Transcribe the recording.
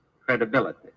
credibility